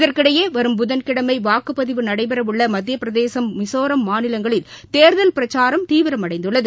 இதற்கிடையேவரும் புதன் கிழமைவாக்குபதிவு நடைபெறஉள்ளமத்தியபிரதேசம் மிசோராம் மாநிலங்களில் தேர்தல் பிரச்சாரம் தீவிரமடைந்துள்ளது